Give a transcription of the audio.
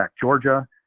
Georgia